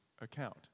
account